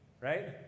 right